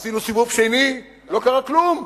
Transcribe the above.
עשינו סיבוב שני, לא קרה כלום.